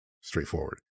Straightforward